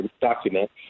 document